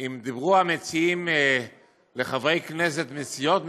אם דיברו המציעים לחברי כנסת מסיעות מסוימות,